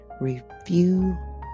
review